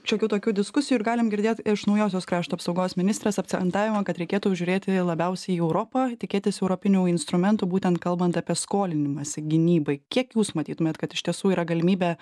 šiokių tokių diskusijų ir galim girdėt iš naujosios krašto apsaugos ministrės akcentavimą kad reikėtų žiūrėti labiausiai į europą tikėtis europinių instrumentų būtent kalbant apie skolinimąsi gynybai kiek jūs matytumėt kad iš tiesų yra galimybė